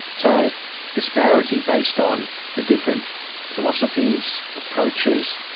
so disparity based on the different philosophies, approaches,